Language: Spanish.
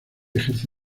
ejerce